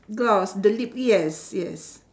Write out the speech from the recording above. gloss the lip yes yes